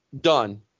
done